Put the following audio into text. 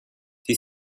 die